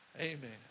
Amen